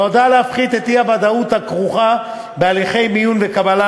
נועדה להפחית את האי-ודאות הכרוכה בהליכי מיון וקבלה